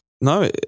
No